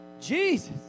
Jesus